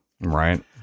Right